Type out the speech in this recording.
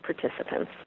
participants